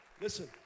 Listen